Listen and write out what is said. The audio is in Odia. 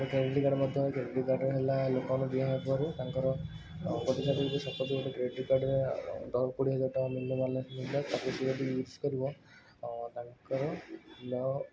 କ୍ରେଡ଼ିଟ୍ କାର୍ଡ଼୍ ମଧ୍ୟ କ୍ରେଡ଼ିଟ୍ କାର୍ଡ଼୍ ହେଲା ଲୋକମାନଙ୍କ ବିହାପ୍ରୁ ତାଙ୍କର ଓ ସପୋଜ୍ ଗୋଟେ କ୍ରେଡ଼ିଟ୍ କାର୍ଡ଼୍ର ତୁମକୁ କୋଡ଼ିଏ ହଜାର ଟଙ୍କା ମିଳିଲା ବାଲାନ୍ସ୍ ପଇସା ତାକୁ ସିଏ ଯଦି ୟୁଜ୍ କରିବ ତାଙ୍କର ଲଅ